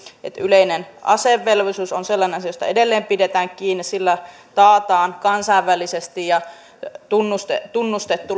että yleinen asevelvollisuus on sellainen asia josta edelleen pidetään kiinni sillä taataan kansainvälisesti tunnustettu